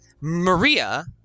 Maria